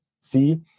see